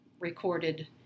recorded